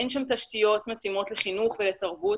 אין שם תשתיות מתאימות לחינוך ולתרבות